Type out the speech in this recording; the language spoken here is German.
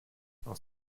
aus